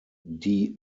die